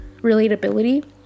relatability